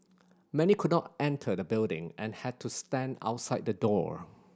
many could not enter the building and had to stand outside the door